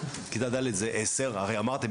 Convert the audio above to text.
כיתה ד' זה 10 הרי אמרתם,